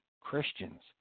Christians